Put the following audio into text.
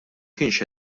kienx